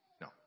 No